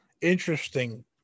interesting